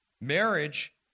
Marriage